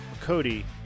Cody